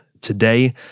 today